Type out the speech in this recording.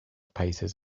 paces